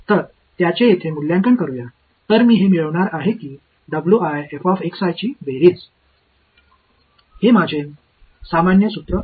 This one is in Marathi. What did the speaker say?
तर त्याचे येथे मूल्यांकन करूया तर मी हे मिळवणार आहे की ची बेरीज हे माझे सामान्य सूत्र आहे